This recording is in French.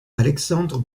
alexandre